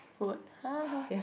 food